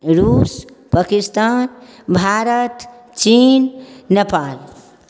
रूस पाकिस्तान भारत चीन नेपाल